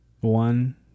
One